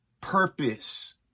purpose